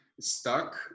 stuck